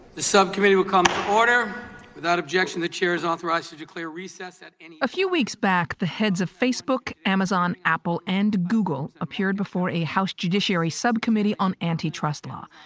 the subcommittee will come to order without objection, the chair is authorized to declare recess and a few weeks back the heads of facebook, amazon, apple and google appeared before a house judiciary subcommittee on antitrust law.